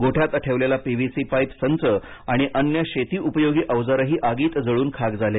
गोठ्यात ठेवलेला PVC pipe संच आणि अन्य शेतीउपयोगी अवजारेही आगीत जळून खाक झाले